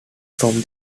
from